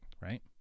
right